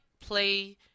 play